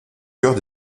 cœurs